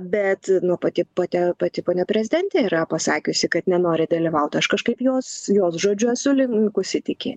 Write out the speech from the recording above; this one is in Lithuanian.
bet nu pati pati pati ponia prezidentė yra pasakiusi kad nenori dalyvaut aš kažkaip jos jos žodžiu esu linkusi tikėt